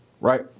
right